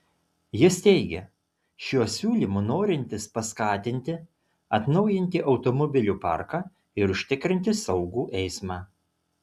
jis teigia šiuo siūlymu norintis paskatinti atnaujinti automobilių parką ir užtikrinti saugų eismą